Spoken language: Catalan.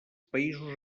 països